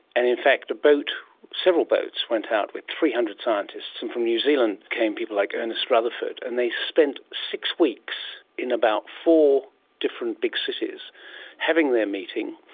and in fact several boats went out with three hundred scientists, and from new zealand came people like ernest rutherford, and they spent six weeks in about four different big cities having their meeting,